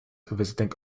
visiting